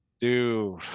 dude